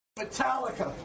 Metallica